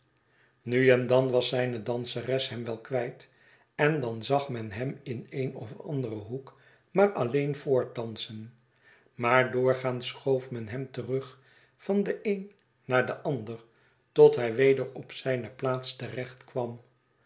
nu en dan was zijne danseres hem wel kwijt en dan zag men hem in een of anderen hoek maar alieen voortdansen maar doorgaans schoof men hem terug van den een naar denander tot hij weder op zijne plaats